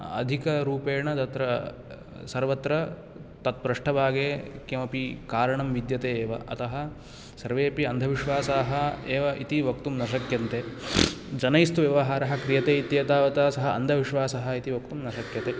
अधिकरूपेण तत्र सर्वत्र तत्पृष्ठभागे किमपि कारणं विद्यते एव अतः सर्वेऽपि अन्धविश्वासाः एव इति वक्तुं न शक्यन्ते जनैस्तु व्यवहारः क्रियते इत्येतावता सः अन्धविश्वासः इति वक्तुं न शक्यते